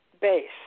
base